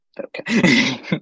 Okay